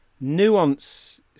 nuance